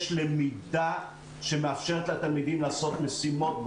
למידה שמאפשרת לתלמידים לעשות משימות,